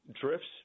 drifts